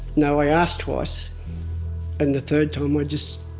no i asked twice. and the third time i just,